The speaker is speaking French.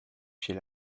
chez